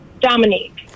Dominique